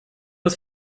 des